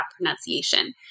pronunciation